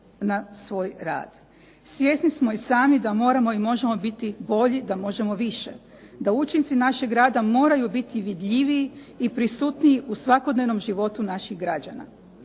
Svjesni smo i sami da moramo i možemo biti bolji, da možemo više, da učinci našeg rada moraju biti vidljiviji i prisutniji u svakodnevnom životu naših građana.